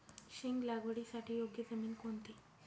शेंग लागवडीसाठी योग्य जमीन कोणती?